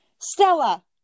Stella